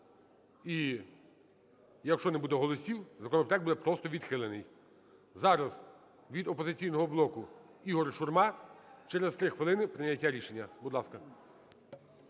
І якщо не буде голосів, законопроект буде просто відхилений. Зараз від "Опозиційного блоку" Ігор Шурма. Через 3 хвилини прийняття рішення. Будь ласка.